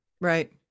Right